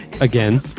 again